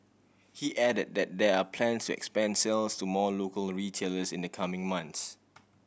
he added that there are plans to expand sales to more local retailers in the coming months